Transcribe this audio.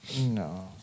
No